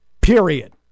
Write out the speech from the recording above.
period